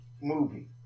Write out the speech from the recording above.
movie